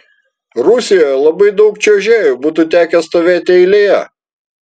rusijoje labai daug čiuožėjų būtų tekę stovėti eilėje